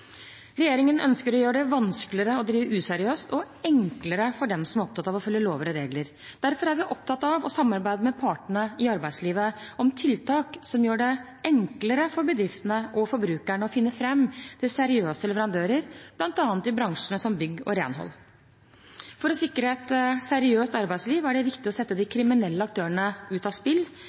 Regjeringen ønsker å gjøre det vanskeligere å drive useriøst og enklere for dem som er opptatt av å følge lover og regler. Derfor er vi opptatt av å samarbeide med partene i arbeidslivet om tiltak som gjør det enklere for bedriftene og forbrukerne å finne fram til seriøse leverandører, bl.a. i bransjene som bygg og renhold. For å sikre et seriøst arbeidsliv er det viktig å sette de kriminelle aktørene ut av spill.